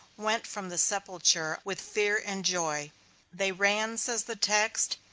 went from the sepulchre with fear and joy they ran, says the text,